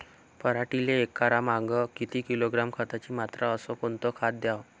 पराटीले एकरामागं किती किलोग्रॅम खताची मात्रा अस कोतं खात द्याव?